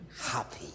happy